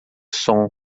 som